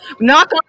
Knock